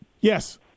Yes